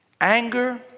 Anger